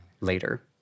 later